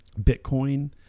Bitcoin